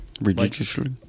religiously